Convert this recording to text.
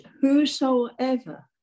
whosoever